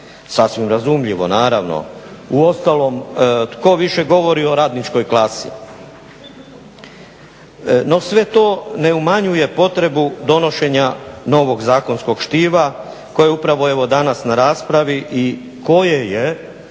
sasvim razumljivo naravno, uostalom tko više govori o radničkoj klasi. No sve to ne umanjuje potrebu donošenja novog zakonskog štiva koje je upravo evo danas na raspravi i koje je